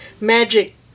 magic